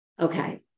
Okay